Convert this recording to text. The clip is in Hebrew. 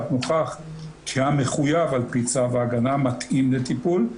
נוכח כי המחויב על פי צו ההגנה מתאים לטיפול,